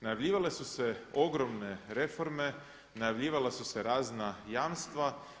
Najavljivale su se ogromne reforme, najavljivala su se razna jamstva.